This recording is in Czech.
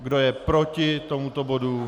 Kdo je proti tomuto bodu?